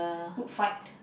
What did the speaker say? Good Fight